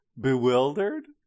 bewildered